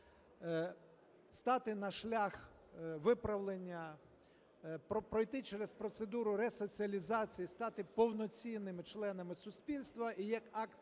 стати на шлях виправлення, пройти через процедуру ресоціалізації і стати повноцінними членами суспільства, і як акт